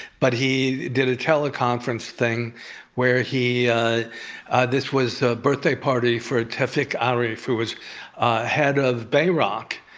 but he did a teleconference thing where he this was a birthday party for tevfik arif, who was head of bayrock,